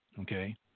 Okay